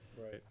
Right